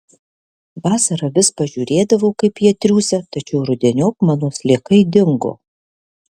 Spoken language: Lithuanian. vasarą vis pažiūrėdavau kaip jie triūsia tačiau rudeniop mano sliekai dingo